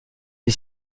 est